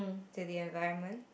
to the environment